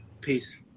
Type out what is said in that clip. Peace